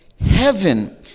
heaven